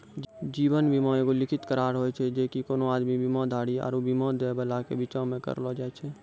जीवन बीमा एगो लिखित करार होय छै जे कि कोनो आदमी, बीमाधारी आरु बीमा दै बाला के बीचो मे करलो जाय छै